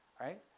right